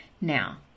Now